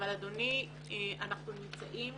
אבל, אדוני, אנחנו נמצאים